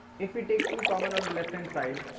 if we take two common on the left hand side,